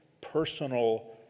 personal